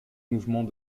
mouvements